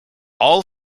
all